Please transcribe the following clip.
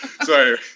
sorry